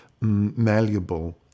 malleable